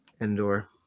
Endor